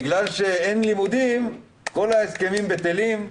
שבגלל שאין לימודים כל ההסכמים בטלים.